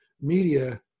media